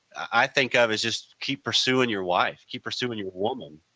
i think of as just keep pursuing your wife, keep pursuing your woman,